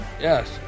Yes